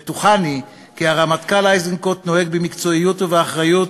בטוחני כי הרמטכ"ל איזנקוט נוהג במקצועיות ובאחריות,